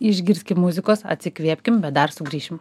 išgirskim muzikos atsikvėpkim bet dar sugrįšim